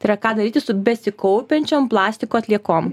tai yra ką daryti su besikaupiančiom plastiko atliekom